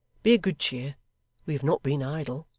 be of good cheer we have not been idle